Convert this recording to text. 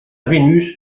vénus